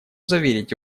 заверить